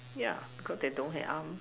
ya cause they don't have arms